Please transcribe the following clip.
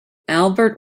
albert